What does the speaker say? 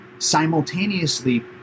simultaneously